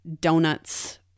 donuts